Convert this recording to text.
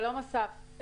שלום אסף,